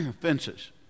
Fences